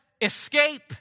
escape